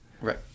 Right